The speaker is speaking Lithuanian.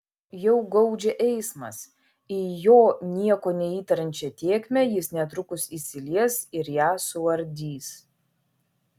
jau gaudžia eismas į jo nieko neįtariančią tėkmę jis netrukus įsilies ir ją suardys